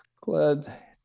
Glad